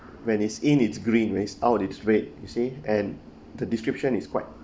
when is in it's green when is out it's red you see and the description is quite